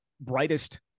brightest